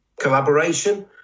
Collaboration